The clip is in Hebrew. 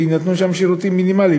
וייתנו שם שירותים מינימליים,